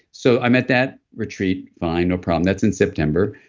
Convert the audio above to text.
so i'm at that retreat, fine, no problem. that's in september.